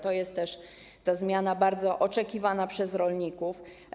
To jest ta zmiana bardzo oczekiwana przez rolników.